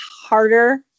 harder